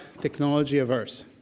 technology-averse